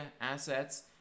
assets